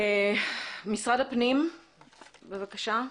משרד הפנים, בבקשה.